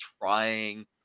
trying